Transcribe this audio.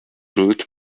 route